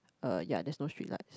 uh ya there is not street light